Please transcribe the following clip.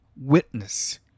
witness